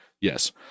Yes